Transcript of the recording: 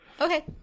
Okay